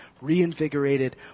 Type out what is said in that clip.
reinvigorated